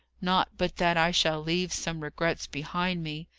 not but that i shall leave some regrets behind me.